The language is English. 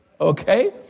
Okay